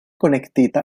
konektita